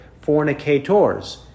fornicators